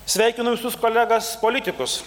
sveikinu visus kolegas politikus